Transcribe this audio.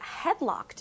headlocked